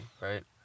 Right